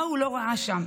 מה הוא לא ראה שם?